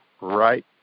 right